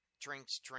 Drinks